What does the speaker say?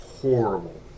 horrible